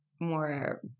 more